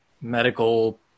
medical